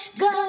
go